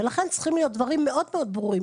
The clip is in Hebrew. לכן, צריכים להיות דברים מאוד-מאוד ברורים.